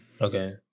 okay